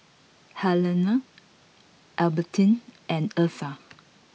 Helena Albertine and Eartha